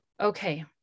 okay